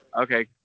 okay